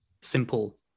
simple